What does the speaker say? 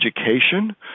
education